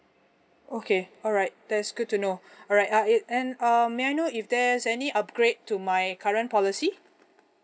okay alright that's good to know alright uh it and um may I know if there's any upgrade to my current policy